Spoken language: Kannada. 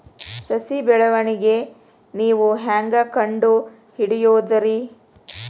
ಸಸಿ ಬೆಳವಣಿಗೆ ನೇವು ಹ್ಯಾಂಗ ಕಂಡುಹಿಡಿಯೋದರಿ?